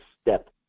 step